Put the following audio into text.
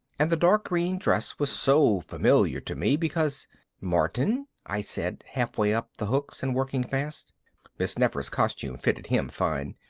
and the dark green dress was so familiar to me because martin, i said, halfway up the hooks and working fast miss nefer's costume fitted him fine.